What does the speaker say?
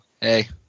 hey